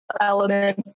element